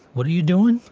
what are you doing?